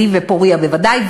זיו ופורייה בוודאי,